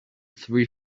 three